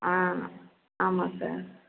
ஆ ஆமாம் சார்